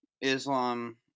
Islam